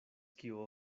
kio